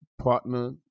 partner